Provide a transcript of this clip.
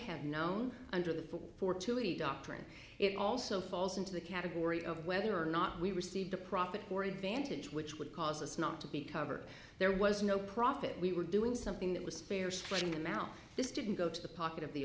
have known under the full fortuity doctrine it also falls into the category of whether or not we received the profit or advantage which would cause us not to be covered there was no profit we were doing something that was fair splitting them out this didn't go to the pocket of the